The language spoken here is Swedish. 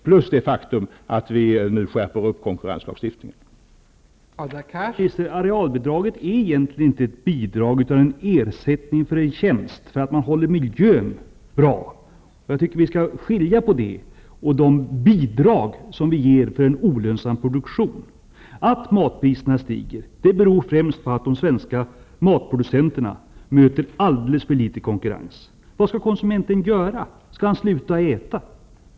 Till detta kommer det faktum att konkurrenslagstiftningen skärps.